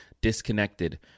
disconnected